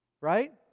right